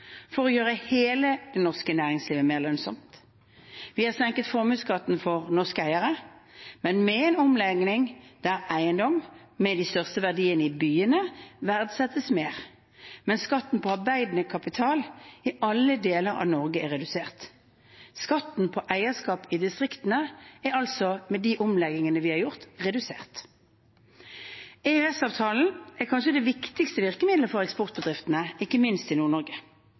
for å gjøre hele det norske næringslivet mer lønnsomt. Vi har senket formuesskatten for norske eiere, men med en omlegging der eiendom, med de største verdiene i byene, verdsettes mer, mens skatten på arbeidende kapital i alle deler av Norge er redusert. Skatten på eierskap i distriktene er altså, med de omleggingene vi har gjort, redusert. EØS-avtalen er kanskje det viktigste virkemiddelet for eksportbedriftene, ikke minst i